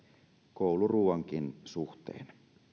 kouluruuankin suhteen